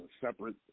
separate